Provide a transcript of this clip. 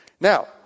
Now